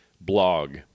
blog